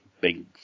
big